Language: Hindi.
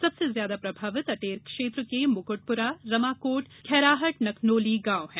सबसे ज्यादा प्रभावित अटेर क्षेत्र के मुकुटपुरा रमाकोट खैराहट नखनोली गांव हैं